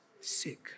sick